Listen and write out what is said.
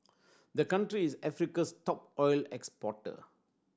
the country is Africa's top oil exporter